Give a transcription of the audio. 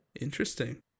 interesting